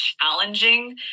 challenging